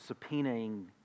subpoenaing